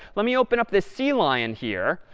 let me open up the sea lion here,